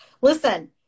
listen